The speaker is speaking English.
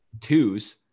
twos